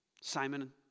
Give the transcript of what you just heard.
Simon